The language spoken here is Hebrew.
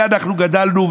על זה אנחנו גדלנו.